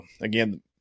Again